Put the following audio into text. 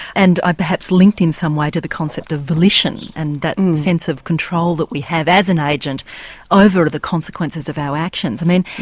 and i perhaps linked in some way to the concept of volition and that and sense of control that we have as an agent over the consequences of our actions, i mean,